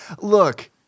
look